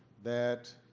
that